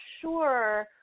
sure